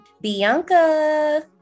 Bianca